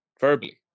verbally